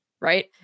right